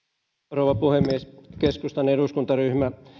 rouva puhemies keskustan eduskuntaryhmä